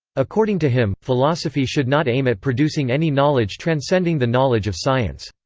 according to him, philosophy should not aim at producing any knowledge transcending the knowledge of science.